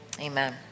Amen